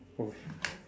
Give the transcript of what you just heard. oh